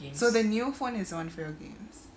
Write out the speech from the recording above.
so the new phone is on for your games